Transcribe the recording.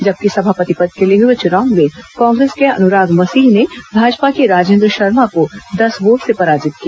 जबकि सभापति पद के लिए हुए चुनाव में कांग्रेस के अनुराग मसीह ने भाजपा के राजेन्द्र शर्मा को दस वोट से पराजित किया